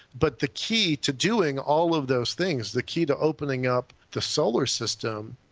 but the key to doing all of those things, the key to opening up the solar system,